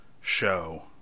show